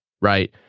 right